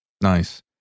nice